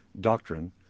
doctrine